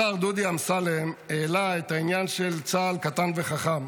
השר דודי אמסלם העלה את העניין של צה"ל קטן וחכם.